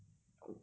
to like